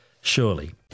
surely